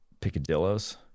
Picadillos